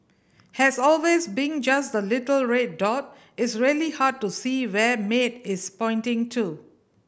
has always being just the little red dot it's really hard to see where Maid is pointing to